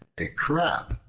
a crab,